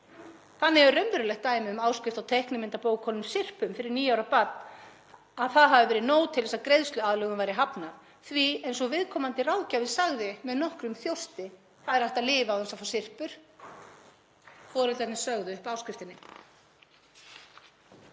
Þannig er raunverulegt dæmi um að áskrift að teiknimyndabókunum Syrpu fyrir níu ára barn hafi verið nóg til þess að greiðsluaðlögun væri hafnað því að, eins og viðkomandi ráðgjafi sagði með nokkrum þjósti: Það er hægt að lifa án þess að fá Syrpur. Foreldrarnir sögðu upp áskriftinni.